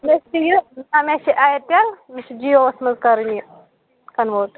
مےٚ حظ چھِ یہِ نہَ مےٚ چھُ ایرٹیٚل مےٚ چھُ جِیوَس منٛز کَرٕنۍ یہِ کَنوٲرٹ